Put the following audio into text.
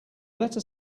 letter